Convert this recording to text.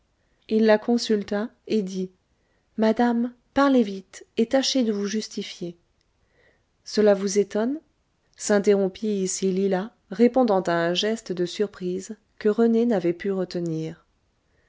il la consulta et dit madame parlez vite et tâchez de vous justifier cela vous étonne s'interrompit ici lila répondant à un geste de surprise que rené n'avait pu retenir